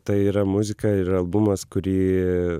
tai yra muzika ir albumas kurį